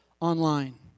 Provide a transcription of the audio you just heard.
online